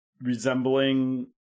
resembling